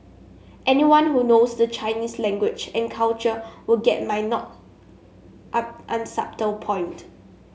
anyone who knows the Chinese language and culture would get my not on unsubtle point